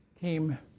came